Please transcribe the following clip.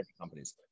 companies